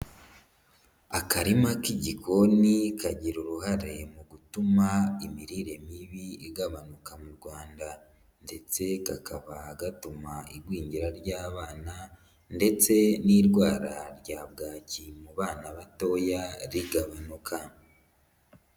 Akarima k'igikoni kagira uruhare mu gutuma imirire mibi igabanuka mu Rwanda ndetse kakaba gatuma igwingira ry'abana ndetse n'indwara rya bwaki mu bana batoya rigabanuka.